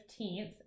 15th